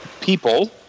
people